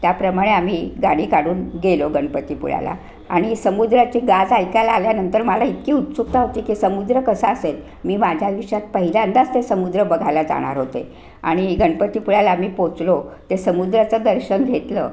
त्याप्रमाणे आम्ही गाडी काढून गेलो गणपतीपुळ्याला आणि समुद्राची गाज ऐकायला आल्यानंतर मला इतकी उत्सुकता होती की समुद्र कसा असेल मी माझ्या आयुष्यात पहिल्यांदाच तो समुद्र बघायला जाणार होते आणि गणपतीपुळ्याला आम्ही पोचलो ते समुद्राचं दर्शन घेतलं